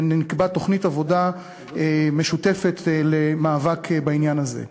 ונקבע תוכנית עבודה משותפת למאבק בעניין הזה.